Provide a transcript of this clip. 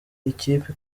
ikipe